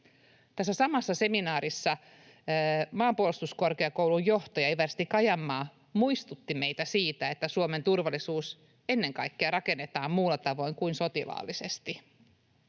Tässä samassa seminaarissa maanpuolustuskorkeakoulun johtaja eversti Kajanmaa muistutti meitä siitä, että Suomen turvallisuus rakennetaan ennen kaikkea muulla tavoin kuin sotilaallisesti.